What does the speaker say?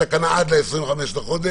התקנה אושרה עד ה-25 לחודש.